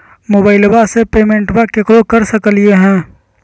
मोबाइलबा से पेमेंटबा केकरो कर सकलिए है?